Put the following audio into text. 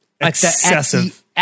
Excessive